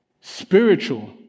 Spiritual